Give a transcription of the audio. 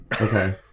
Okay